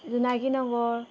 জোনাকী নগৰ